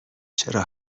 چرا